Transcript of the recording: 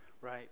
Right